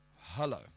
Hello